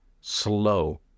slow